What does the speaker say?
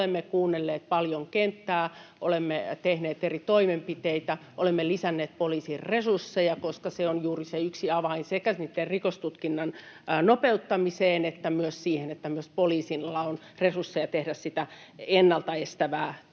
olemme kuunnelleet paljon kenttää. Olemme tehneet eri toimenpiteitä, olemme lisänneet poliisin resursseja, koska se on juuri se yksi avain sekä rikostutkinnan nopeuttamiseen että myös siihen, että myös poliisilla on resursseja tehdä sitä ennalta estävää työtä,